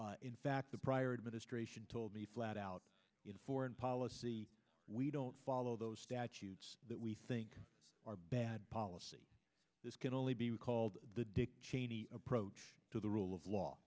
act in fact the prior administration told me flat out foreign policy we don't follow those statutes that we think are bad policy this can only be called the dick cheney approach to the rule of law